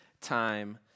time